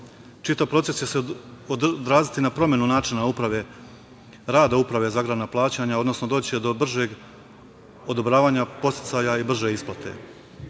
Čitav proces će se odraziti na promenu rada Uprave za agrarna plaćanja, odnosno doći će do bržeg odobravanja podsticaja i brže isplate.